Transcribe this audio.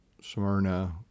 Smyrna